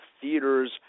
Theater's